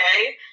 okay